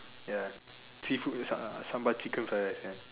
ya seafood Sa~ sambal chicken fried rice and